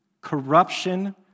corruption